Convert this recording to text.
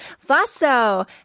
Vaso